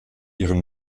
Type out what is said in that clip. ihren